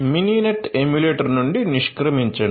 Mininet emulator నుండి నిష్క్రమించండి